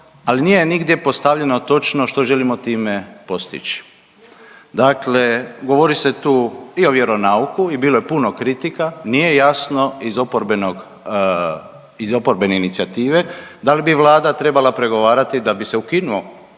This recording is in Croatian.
ali nije nigdje postavljeno točno što želimo time postići. Dakle, govori se tu i o vjeronauku i bilo je puno kritika nije jasno iz oporbenog, iz oporbene inicijative da li bi Vlada trebala pregovarati da bi se ukinuo